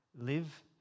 live